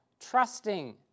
trusting